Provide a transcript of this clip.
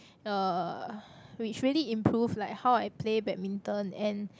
uh which really improve like how I play badminton and